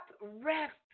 rest